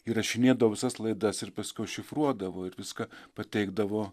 įrašinėdavo visas laidas ir paskiau šifruodavo ir viską pateikdavo